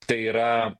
tai yra